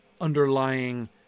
underlying